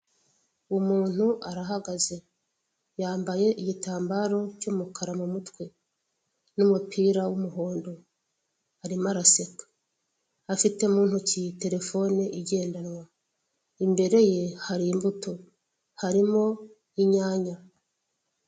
Umuntu arahagaze yambaye igitambaro cy'umukara mu mutwe n'umupira w'umuhondo arimo araseka. Afite mu ntoki telefone igendanwa. Imbere ye hari imbuto harimo inyanya.